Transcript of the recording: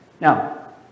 Now